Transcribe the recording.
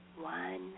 one